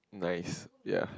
nice ya